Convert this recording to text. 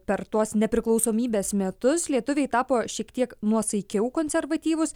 per tuos nepriklausomybės metus lietuviai tapo šiek tiek nuosaikiau konservatyvūs